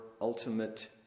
ultimate